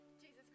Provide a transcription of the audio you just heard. Jesus